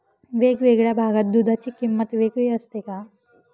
वेगवेगळ्या भागात दूधाची किंमत वेगळी असते का?